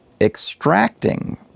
extracting